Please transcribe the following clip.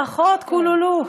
ברכות, קולולו.